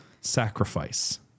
sacrifice